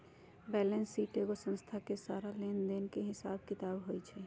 balance sheet एगो संस्था के सारा लेन देन के हिसाब किताब होई छई